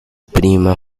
prima